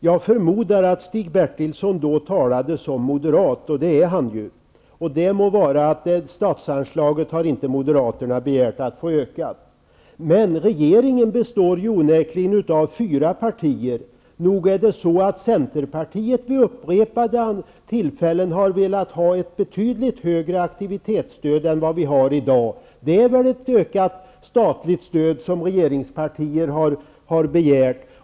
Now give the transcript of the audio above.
Jag förmodar att Stig Bertilsson då talade som moderat, och det är han ju. Det må vara att Moderaterna inte har begärt att statsanslaget skall öka. Men regeringen består onekligen av fyra partier. Nog har centerpartiet vid upprepade tillfällen velat ha ett betydligt högre aktivitetsstöd än det som finns i dag. Det är väl ett ökat statligt stöd som regeringspartier har begärt.